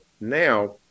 now